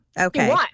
okay